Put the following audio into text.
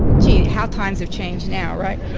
gee, how times have changed now, right?